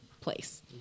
place